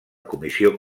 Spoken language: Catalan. comissió